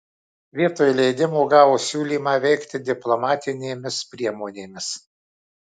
vietoj leidimo gavo siūlymą veikti diplomatinėmis priemonėmis